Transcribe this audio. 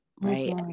right